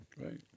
Right